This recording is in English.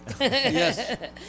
Yes